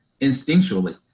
instinctually